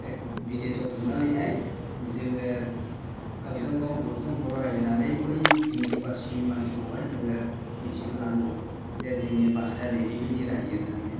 बिदेशआव थांनानैहाय जोङो गावजों गाव बर'जों बर' रायज्लायनानै बै हिन्दी बासिनि मानसिखौहाय जोङो मिथिहोनांगौ जे जोंनि भाषाया नैबेबिदि रायो होननानैहाय